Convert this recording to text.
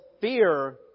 fear